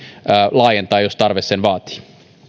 laajentaa jos tarve sen vaatii